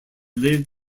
lived